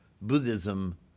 Buddhism